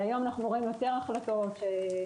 היום אנחנו רואים יותר החלטות שקובעות